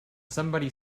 somebody